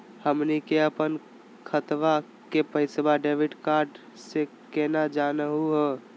हमनी के अपन खतवा के पैसवा डेबिट कार्ड से केना जानहु हो?